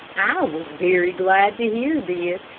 i was very glad to hear this,